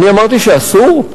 אני אמרתי שאסור?